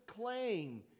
claim